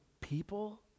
people